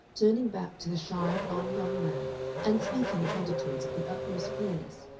turning back to the shy, blond young man and speaking in undertones of the utmost clearness,